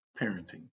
parenting